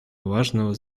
важного